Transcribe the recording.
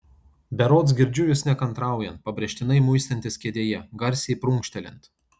berods girdžiu jus nekantraujant pabrėžtinai muistantis kėdėje garsiai prunkštelint